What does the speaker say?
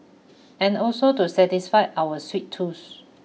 and also to satisfy our sweet tooth